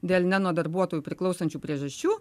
dėl ne nuo darbuotojų priklausančių priežasčių